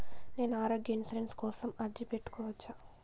నేను ఆరోగ్య ఇన్సూరెన్సు కోసం అర్జీ పెట్టుకోవచ్చా?